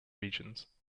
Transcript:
regions